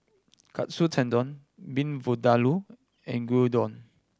Katsu Tendon Beef Vindaloo and Gyudon